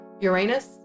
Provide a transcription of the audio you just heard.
Uranus